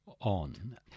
on